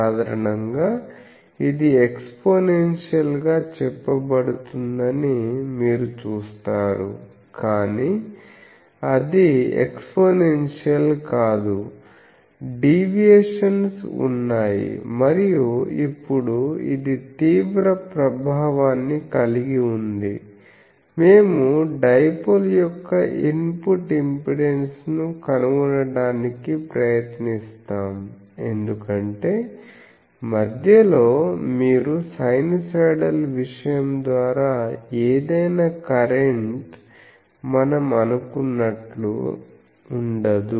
సాధారణంగా ఇది ఎక్స్పోనెన్షియల్ గా చెప్పబడుతుందని మీరు చూస్తారు కానీ అది ఎక్స్పోనెన్షియల్ కాదు డివియేషన్స్ ఉన్నాయి మరియు ఇప్పుడు ఇది తీవ్ర ప్రభావాన్ని కలిగి వుంది మేము డైపోల్ యొక్క ఇన్పుట్ ఇంపెడెన్స్ను కనుగొనటానికి ప్రయత్నిస్తాం ఎందుకంటే మధ్యలో మీరు సైనూసోయిడల్ విషయం ద్వారా ఏదైనా కరెంట్ మనం అనుకున్నట్టు ఉండదు